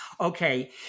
Okay